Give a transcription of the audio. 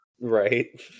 Right